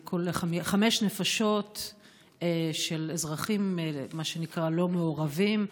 חמש נפשות של אזרחים מה שנקרא "לא מעורבים",